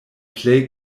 plej